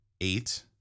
eight